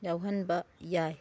ꯌꯥꯎꯍꯟꯕ ꯌꯥꯏ